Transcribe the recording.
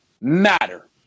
matter